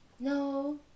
No